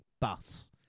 bus